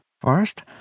First